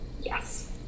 Yes